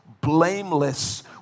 blameless